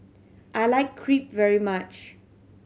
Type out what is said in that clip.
I like Crepe very much